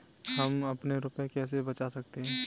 हम अपने रुपये कैसे बचा सकते हैं?